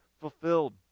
fulfilled